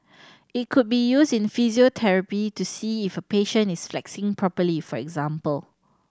it could be used in physiotherapy to see if a patient is flexing properly for example